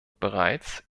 bereits